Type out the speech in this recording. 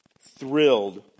Thrilled